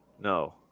No